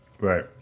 Right